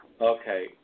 Okay